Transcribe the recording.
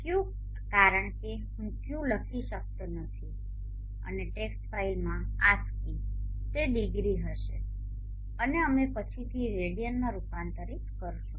φ કારણ કે હું φ લખી શકતો નથી અને ટેક્સ્ટ ફાઇલમાં ASCII તે ડિગ્રી હશે અને અમે પછીથી રેડિયન માં રૂપાંતરિત કરશું